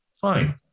Fine